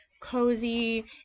cozy